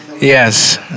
Yes